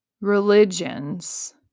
religions